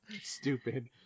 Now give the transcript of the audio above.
Stupid